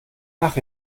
nach